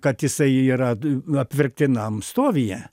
kad jisai yra apverktinam stovyje